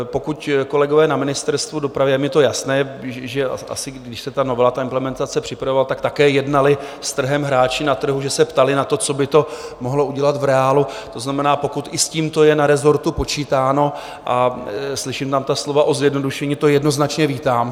Pokud kolegové na ministerstvu dopravy je mi to jasné, že asi když se ta novela, ta implementace připravovala, tak také jednali s trhem hráči na trhu se ptali na to, co by to mohlo udělat v reálu, to znamená, pokud i s tímto je na rezortu počítáno, a slyším tam ta slova o zjednodušení, to jednoznačně vítám.